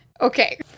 Okay